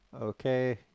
okay